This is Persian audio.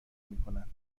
میکنند